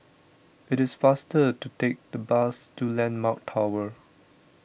it is faster to take the bus to Landmark Tower